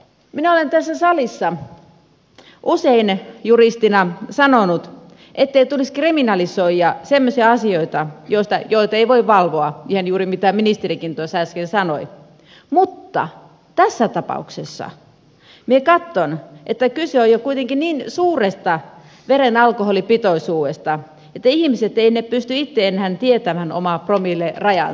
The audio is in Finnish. minä olen tässä salissa usein juristina sanonut ettei tulisi kriminalisoida semmoisia asioita joita ei voi valvoa ihan juuri niin kuin ministerikin tuossa äsken sanoi mutta tässä tapauksessa minä katson että kyse on jo kuitenkin niin suuresta veren alkoholipitoisuudesta että ihmiset eivät pysty itse enää tietämään omaa promillerajaansa